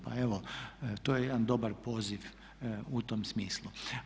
Pa evo to je jedan dobar poziv u tom smislu.